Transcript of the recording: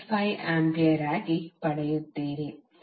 165 ampere ಆಗಿ ಪಡೆಯುತ್ತೀರಿ